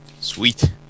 Sweet